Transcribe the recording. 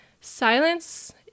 Silence